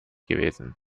gewesen